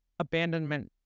abandonment